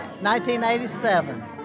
1987